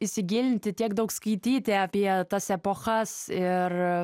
įsigilinti tiek daug skaityti apie tas epochas ir